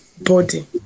body